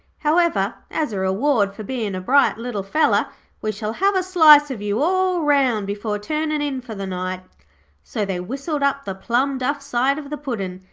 however, as a reward for bein' a bright little feller we shall have a slice of you all round before turnin' in for the night so they whistled up the plum-duff side of the puddin',